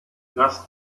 das